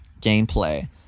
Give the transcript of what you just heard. gameplay